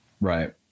Right